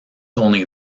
only